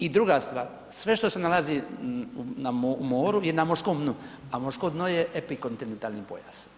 I druga stvar, sve što se nalazi na moru i na morskom dnu, a morsko dno je epikontinentalni pojas.